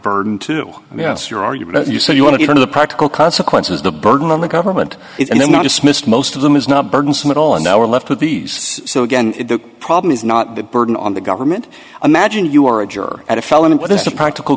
burden to yes your argument you say you want to get into the practical consequences the burden on the government and then not dismissed most of them is not burdensome at all and now we're left with these so again the problem is not the burden on the government imagine you are a juror at a felony